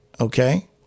Okay